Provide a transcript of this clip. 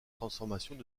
transformations